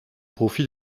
profit